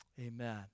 Amen